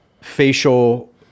facial